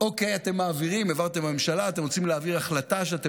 זו העובדה שלממשלה אין שום